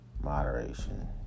moderation